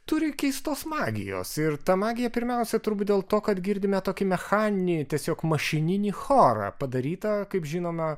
turi keistos magijos ir ta magija pirmiausia turbūt dėl to kad girdime tokį mechaninį tiesiog mašininį chorą padarytą kaip žinoma